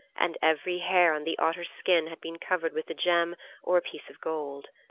and every hair on the otter's skin had been covered with a gem or a piece of gold.